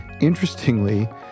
interestingly